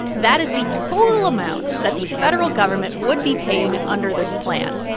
that is the total amount that the federal government would be paying under this plan.